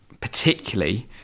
particularly